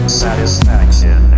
satisfaction